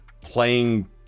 playing